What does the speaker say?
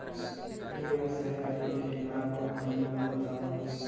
ई व्यवसाय करे के लाभ अऊ हानि ला बतावव?